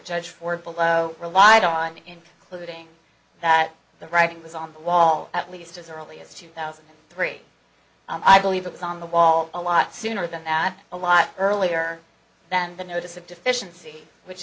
judge for below relied on the including that the writing was on the wall at least as early as two thousand and three i believe it was on the wall a lot sooner than that a lot earlier than the notice of deficiency which